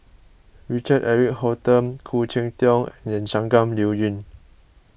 Richard Eric Holttum Khoo Cheng Tiong and Shangguan Liuyun